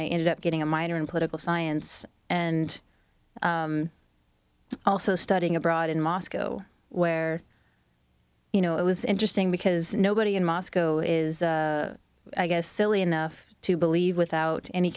i ended up getting a minor in political science and also studying abroad in moscow where you know it was interesting because nobody in moscow is i guess silly enough to believe without any